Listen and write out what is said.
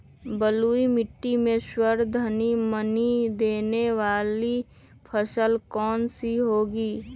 बलुई मिट्टी में सर्वाधिक मनी देने वाली फसल कौन सी होंगी?